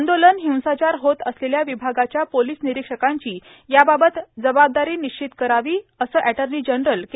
आंदोलन हिंसाचार होत असलेल्या विभागाच्या पोलीस निरिक्षकांची याबाबत जबाबदारी निश्चित करावी असं एटर्नी जनरल के